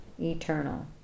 eternal